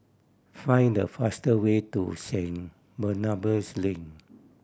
find the faster way to Saint Barnabas Lane